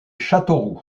châteauroux